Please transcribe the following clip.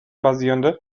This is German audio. basierende